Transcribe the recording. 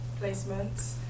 placements